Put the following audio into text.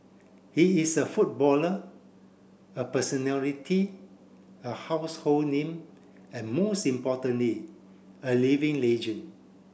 he is a footballer a personality a household name and most importantly a living legend